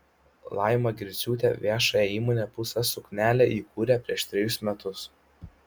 laima griciūtė viešąją įmonę pūsta suknelė įkūrė prieš trejus metus